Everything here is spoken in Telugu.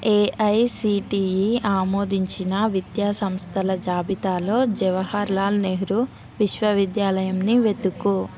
ఏఐసిటిఈ ఆమోదించిన విద్యా సంస్థల జాబితాలో జవహర్ లాల్ నెహ్రూ విశ్వవిద్యాలయాన్ని వెతుకు